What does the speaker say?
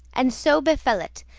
and so befell it,